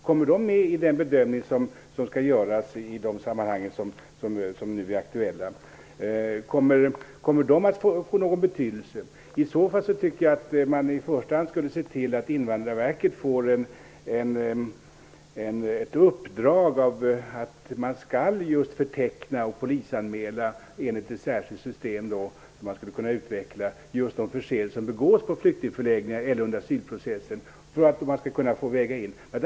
Kommer de med i den bedömning som skall göras i de aktuella sammanhangen? Kommer de att få någon betydelse? I så fall tycker jag att man skulle se till att Invandrarverket får besked om att man skall förteckna och polisanmäla de förseelser som begås på flyktingförläggningar eller under asylprocessen enligt ett särskilt system som man skulle kunna utveckla, så att förseelserna kan vägas in i bedömningen.